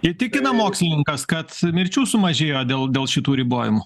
įtikina mokslininkas kad mirčių sumažėjo dėl dėl šitų ribojimų